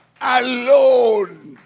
Alone